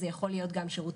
שאלון